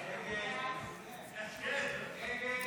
הסתייגות 6 לא נתקבלה.